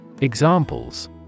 Examples